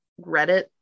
reddit